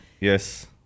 yes